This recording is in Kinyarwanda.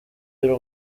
y’u